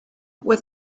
with